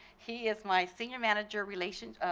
he is my senior manager relations